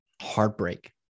heartbreak